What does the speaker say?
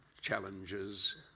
challenges